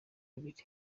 ibiri